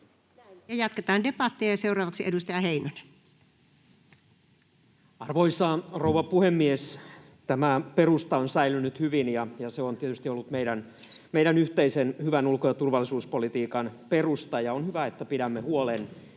Jatketaan debattia, ja seuraavaksi edustaja Heinonen. Arvoisa rouva puhemies! Tämä perusta on säilynyt hyvin, ja se on tietysti ollut meidän yhteisen hyvän ulko‑ ja turvallisuuspolitiikan perusta, ja on hyvä, että pidämme huolen